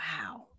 wow